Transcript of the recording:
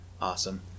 awesome